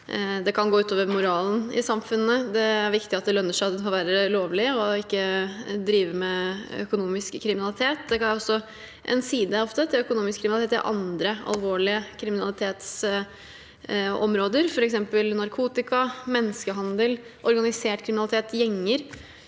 det kan gå ut over moralen i samfunnet. Det er viktig at det lønner seg å være lovlig og ikke drive med økonomisk kriminalitet. Det er også en side knyttet til økonomisk kriminalitet og andre alvorlige kriminalitetsområder, f.eks. narkotika, menneskehandel, organisert kriminalitet og gjenger.